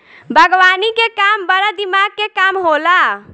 बागवानी के काम बड़ा दिमाग के काम होला